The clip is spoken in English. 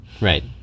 Right